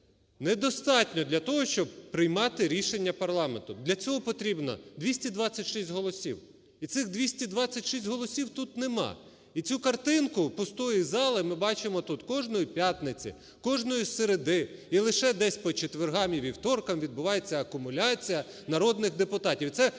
недостатньо для того, щоб приймати рішення парламенту. Для цього потрібно 226 голосів і цих 226 голосів тут немає. І цю картинку пустої зали ми бачимо кожної п'ятниці, кожної середи і лише десь по четвергах і вівторках відбувається акумуляція народних депутатів.